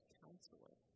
counselor